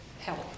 help